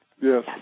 Yes